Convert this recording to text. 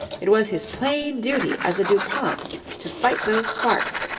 it was his plain duty as a dupont to fight those sparks,